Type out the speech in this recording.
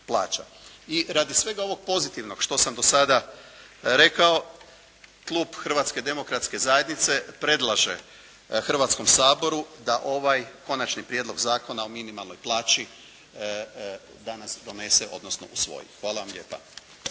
I radi svega ovog pozitivnog što sam do sada rekao Klub Hrvatske demokratske zajednice predlaže Hrvatskom saboru da ovaj Konačni prijedlog zakona o minimalnoj plaći danas donese odnosno usvoji. Hvala vam lijepa.